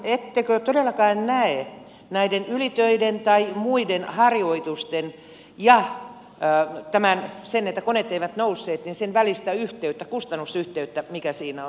ettekö todellakaan näe näiden ylitöiden tai muiden harjoitusten ja sen että koneet eivät nousseet välistä yhteyttä kustannusyhteyttä joka siinä on